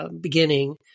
beginning